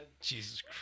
Jesus